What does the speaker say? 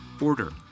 order